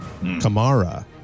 Kamara